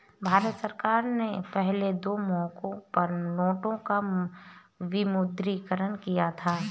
भारत सरकार ने पहले दो मौकों पर नोटों का विमुद्रीकरण किया था